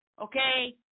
Okay